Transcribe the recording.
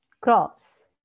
crops